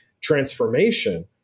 transformation